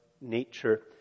nature